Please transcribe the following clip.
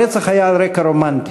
הרצח היה על רקע רומנטי.